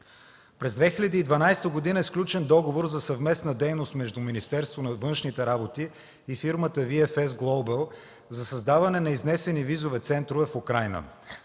През 2012 г. е сключен договор за съвместна дейност между Министерството на външните работи и фирмата „VFS Global” за създаване на изнесени визови центрове в Украйна,